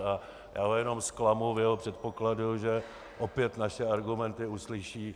A já ho jenom zklamu v jeho předpokladu, že opět naše argumenty uslyší.